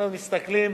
מסתכלים,